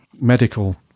medical